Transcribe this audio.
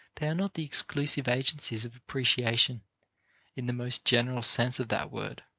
they are not the exclusive agencies of appreciation in the most general sense of that word